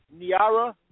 Niara